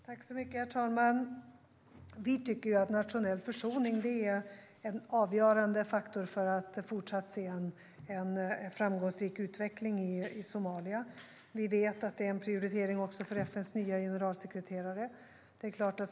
Herr talman! Vi tycker att nationell försoning är en avgörande faktor för att fortsatt se en framgångsrik utveckling i Somalia. Vi vet att det är en prioritering också för FN:s nya generalsekreterare.